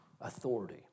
authority